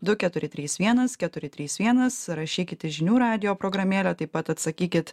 du keturi trys vienas keturi trys vienas rašykit į žinių radijo programėlę taip pat atsakykit